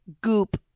Goop